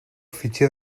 fitxer